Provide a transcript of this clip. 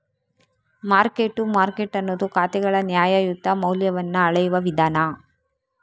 mark to market ಅನ್ನುದು ಖಾತೆಗಳ ನ್ಯಾಯಯುತ ಮೌಲ್ಯವನ್ನ ಅಳೆಯುವ ವಿಧಾನ